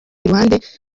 iruhande